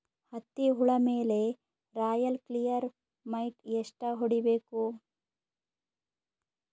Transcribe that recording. ಹತ್ತಿ ಹುಳ ಮೇಲೆ ರಾಯಲ್ ಕ್ಲಿಯರ್ ಮೈಟ್ ಎಷ್ಟ ಹೊಡಿಬೇಕು?